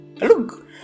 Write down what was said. look